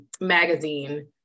magazine